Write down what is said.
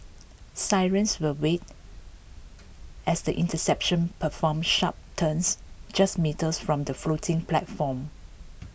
Sirens will wail as the interceptors perform sharp turns just metres from the floating platform